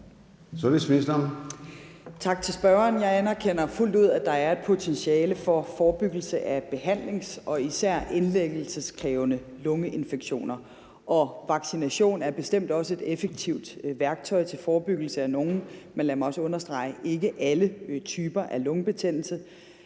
Tak til spørgeren. Jeg anerkender fuldt ud, at der er et potentiale for forebyggelse af behandlings- og især indlæggelsekrævende lungeinfektioner, og vaccination er bestemt også et effektivt værktøj til forebyggelse af nogle, men, vil jeg også understrege, ikke alle typer af lungebetændelse.